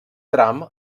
tram